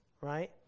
right